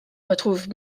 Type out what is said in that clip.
retrouve